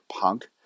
punk